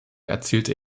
erzielte